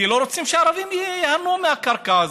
כי לא רוצים שהערבים ייהנו מהקרקע הזו,